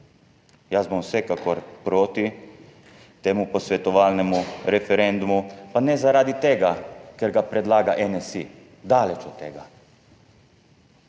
Jaz bom vsekakor proti temu posvetovalnemu referendumu, pa ne zaradi tega, ker ga predlaga NSi, daleč od tega.